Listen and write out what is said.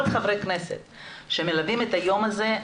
כל חברי הכנסת שמלווים את היום הזה,